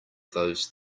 those